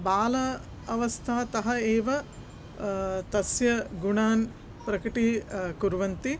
बालावस्थातः एव तस्य गुणान् प्रकटी कुर्वन्ति